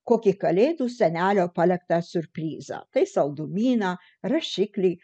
kokį kalėdų senelio palektą siurprizą kai saldumyną rašiklį